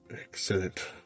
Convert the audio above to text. Excellent